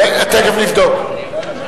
תיכף נבדוק.